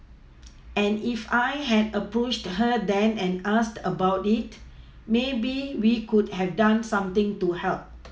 and if I had approached her then and asked about it maybe we could have done something to help